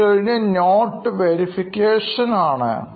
അതുകഴിഞ്ഞ് notes verification ആണ്